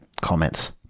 comments